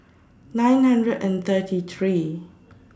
nine hundred and thirty three